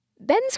Ben's